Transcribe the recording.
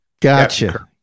Gotcha